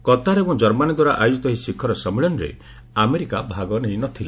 Qatar ଏବଂ Germany ଦ୍ୱାରା ଆୟୋଜିତ ଏହି ଶିଖର ସମ୍ମିଳନୀରେ ଆମେରିକା ଭାଗ ନେଇନଥିଲା